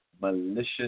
malicious